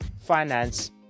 finance